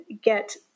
get